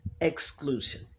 exclusion